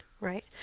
Right